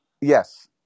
yes